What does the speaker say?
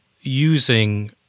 using